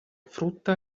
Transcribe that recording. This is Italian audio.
frutta